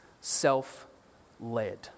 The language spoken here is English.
self-led